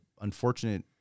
unfortunate